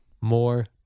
More